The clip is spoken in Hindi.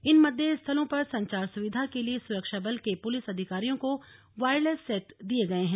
इन मतदेय स्थलों पर संचार सुविधा के लिए सुरक्षा दल के पुलिस अधिकारियों को वायरलेस सेट दिए गए है